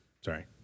Sorry